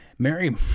Mary